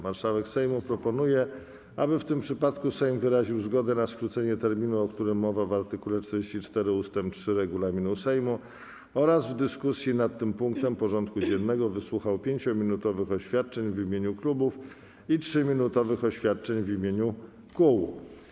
Marszałek Sejmu proponuje, aby w tym przypadku Sejm wyraził zgodę na skrócenie terminu, o którym mowa w art. 44 ust. 3 regulaminu Sejmu, oraz w dyskusji nad tym punktem porządku dziennego wysłuchał 5-minutowych oświadczeń w imieniu klubów i 3-minutowych oświadczeń w imieniu kół.